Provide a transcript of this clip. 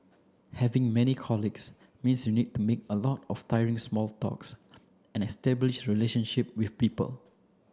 having many colleagues means you need to make a lot of tiring small talk and establish relationship with people